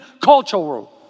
cultural